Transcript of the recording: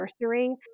nursery